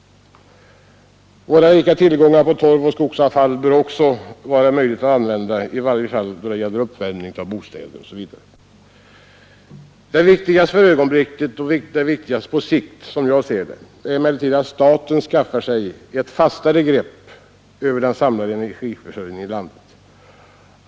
Våra rika tillgångar på torv och skogsavfall bör också kunna användas, i varje fall då det gäller uppvärmning av bostäder osv. Det viktigaste för ögonblicket och det viktigaste på sikt är, som jag ser det, att staten skaffar sig ett fastare grepp om den samlade energiförsörjningen i landet.